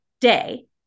day